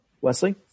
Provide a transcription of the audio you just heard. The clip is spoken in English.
Wesley